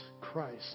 Christ